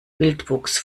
wildwuchs